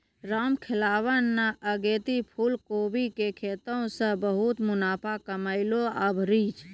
रामखेलावन न अगेती फूलकोबी के खेती सॅ बहुत मुनाफा कमैलकै आभरी